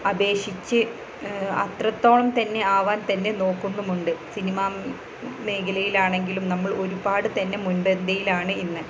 അപേക്ഷിച്ച് അത്രത്തോളം തന്നെ ആവാൻ തന്നെ നോക്കുന്നുമുണ്ട് സിനിമാ മേഖലയിലാണെങ്കിലും നമ്മൾ ഒരുപാട് തന്നെ മുൻപന്തിയിലാണ് ഇന്ന്